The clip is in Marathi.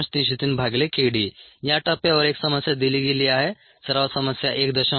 303kd या टप्प्यावर एक समस्या दिली गेली आहे सराव समस्या 1